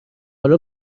حالا